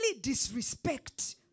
disrespect